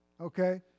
Okay